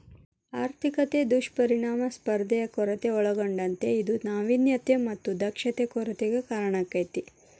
ಆರ್ಥಿಕತೆ ದುಷ್ಪರಿಣಾಮ ಸ್ಪರ್ಧೆಯ ಕೊರತೆ ಒಳಗೊಂಡತೇ ಇದು ನಾವಿನ್ಯತೆ ಮತ್ತ ದಕ್ಷತೆ ಕೊರತೆಗೆ ಕಾರಣಾಕ್ಕೆತಿ